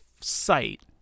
site